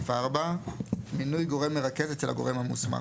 סעיף 4 מינוי גורם מרכז אצל הגורם המוסמך.